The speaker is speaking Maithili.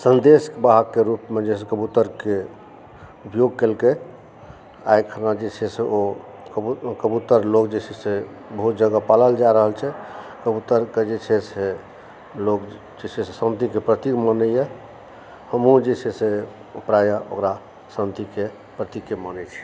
सन्देश वाहकके रूपमे जे छै कबूतरकेँ उपयोग कयलकै एकरा जे छै से ओ बहुत कबूतर लोग जे छै बहुत जादा पालल जा रहल छै कबूतर के जे छै से लोग जे छै शान्तिके प्रतीक मानैए हमहूँ जे छै से प्रायः ओकरा शान्तिके प्रतीके मानै छी